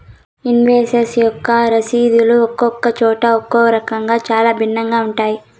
invoice యొక్క రసీదులు ఒక్కొక్క చోట ఒక్కో రకంగా చాలా భిన్నంగా ఉంటాయి